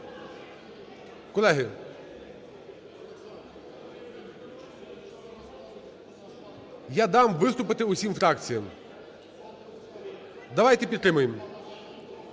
Колеги! Я дам виступити усім фракціям, давайте підтримаємо.